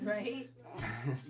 Right